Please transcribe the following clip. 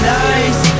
nice